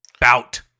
bout